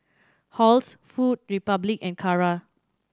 Halls Food Republic and Kara